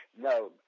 no